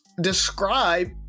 describe